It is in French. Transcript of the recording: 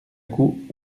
coup